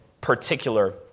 particular